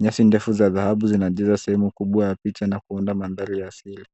Nyasi ndefu za dhahabu zinajaza sehemu kubwa ya picha na kuunda mandhari ya asili.